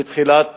בתחילת